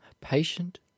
patient